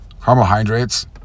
Carbohydrates